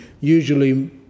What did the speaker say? usually